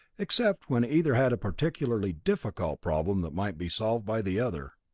except when either had a particularly difficult problem that might be solved by the other.